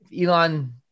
Elon